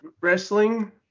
wrestling